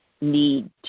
need